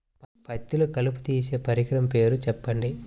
పత్తిలో కలుపు తీసే పరికరము పేరు చెప్పండి